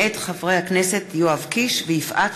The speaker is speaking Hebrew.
מאת חברת הכנסת שרן